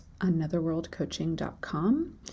anotherworldcoaching.com